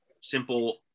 simple